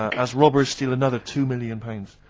as robbers steal another two million pounds.